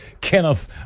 Kenneth